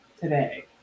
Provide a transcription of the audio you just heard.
today